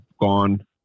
gone